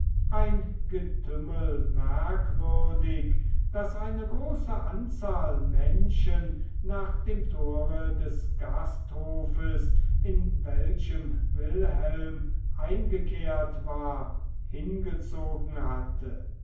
ein getümmel merkwürdig das eine große anzahl menschen nach dem tore des gasthofes in welchem wilhelm eingekehrt war hingezogen hatte